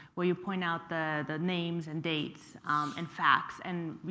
what you point out, the the names and dates and facts and